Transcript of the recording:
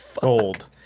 gold